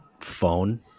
phone